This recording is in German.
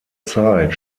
zeit